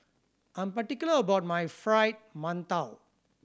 I'm particular about my Fried Mantou